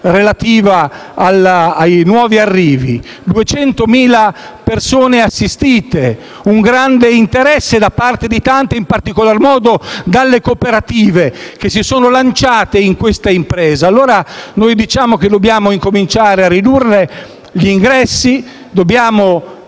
relativa ai nuovi arrivi. Duecentomila persone assistite. Un grande interesse da parte di tanti e, in particolar modo, delle cooperative, che si sono lanciate in questa impresa. Noi diciamo, allora, che dobbiamo incominciare a ridurre gli ingressi, a